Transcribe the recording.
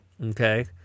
okay